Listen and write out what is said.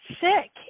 sick